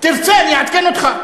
תרצה, אני אעדכן אותך.